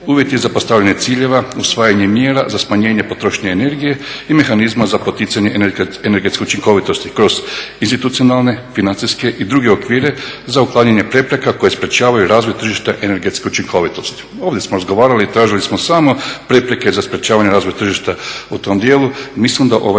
uvjeti za postavljanje ciljeva usvajanjem mjera za smanjenje potrošnje energije i mehanizma za poticanje energetske učinkovitosti kroz institucionalne, financijske i druge okvire za uklanjanje prepreka koje sprječavanju razvoj tržišta energetske učinkovitosti. Ovdje smo razgovarali i tražili smo samo prepreke za sprečavanje razvoja tržišta u tom dijelu,